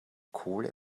kohle